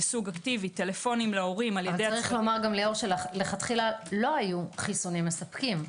טלפונים להורים- -- לכתחילה לא היו חיסונים מספקים.